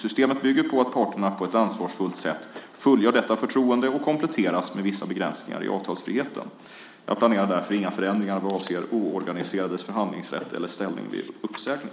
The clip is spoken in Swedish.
Systemet bygger på att parterna på ett ansvarsfullt sätt fullgör detta förtroende och kompletteras med vissa begränsningar i avtalsfriheten. Jag planerar därför inga förändringar vad avser oorganiserades förhandlingsrätt eller ställning vid uppsägning.